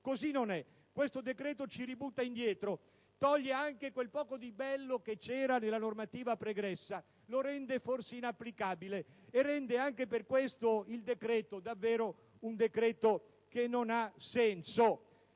Così non è: questo decreto ci riporta indietro, toglie anche quel poco di bello che c'era nella normativa pregressa, la rende forse inapplicabile e anche per questo esso davvero non ha senso